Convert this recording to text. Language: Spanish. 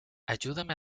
ayúdame